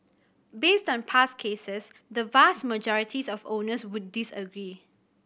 based on past cases the vast majorities of owners would disagree